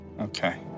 Okay